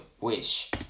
wish